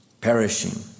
perishing